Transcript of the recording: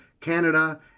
Canada